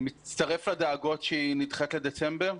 אני מצטרף לדאגות שההחלטה נדחית לדצמבר.